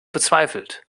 bezweifelt